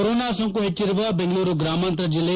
corona ಸೋಂಕು ಹೆಚ್ಚರುವ ಬೆಂಗಳೂರು ಗ್ರಾಮಾಂತರ ಜಿಲ್ಲೆ